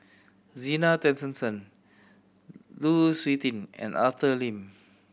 Zena Tessensohn Lu Suitin and Arthur Lim